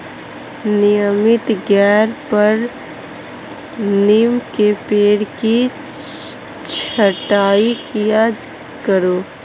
नियमित तौर पर नीम के पेड़ की छटाई किया करो